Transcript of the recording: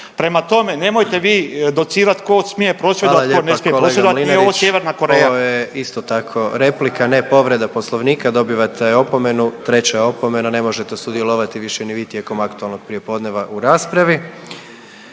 Hvala kolega Mlinarić./… tko ne smije prosvjedovat, nije ovo Sjeverna Koreja. **Jandroković, Gordan (HDZ)** Ovo je isto tako replika ne povreda poslovnika, dobivate opomenu, treća opomena ne možete sudjelovati više ni vi tijekom aktualnog prijepodneva u raspravi.